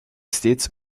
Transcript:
steeds